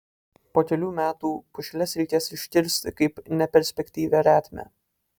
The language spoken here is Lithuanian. po kelių metų pušeles reikės iškirsti kaip neperspektyvią retmę